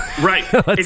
Right